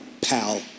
pal